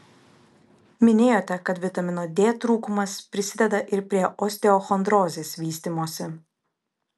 minėjote kad vitamino d trūkumas prisideda ir prie osteochondrozės vystymosi